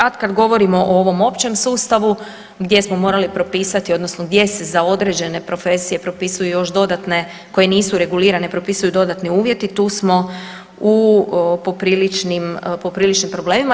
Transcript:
A kad govorimo o ovom općem sustavu gdje smo morali propisati odnosno gdje se za određene profesije propisuju još dodatne koje nisu regulirane, propisuju dodani uvjeti, tu smo u popriličnim problemima.